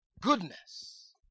Goodness